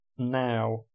now